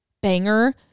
banger